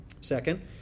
Second